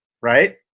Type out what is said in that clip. Right